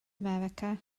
america